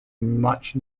much